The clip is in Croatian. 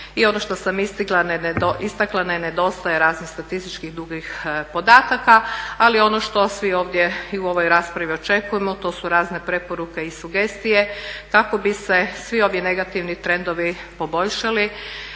I ono što sam istakla ne nedostaje raznih statističkih podataka ali ono što svi ovdje i u ovoj raspravi očekujemo to su razne preporuke i sugestije kako bi se svi ovi negativni trendovi poboljšali.